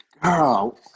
Girl